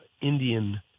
Indian